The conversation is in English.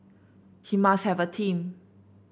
he must have a team